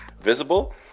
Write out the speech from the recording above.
visible